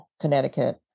Connecticut